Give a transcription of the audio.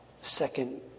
second